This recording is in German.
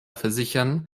versichern